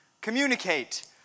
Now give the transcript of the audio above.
communicate